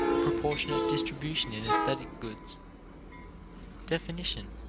proportionate distribution in aesthetic goods definition,